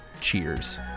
cheers